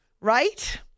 right